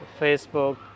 Facebook